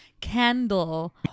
candle